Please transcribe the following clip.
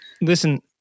Listen